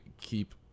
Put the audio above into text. keep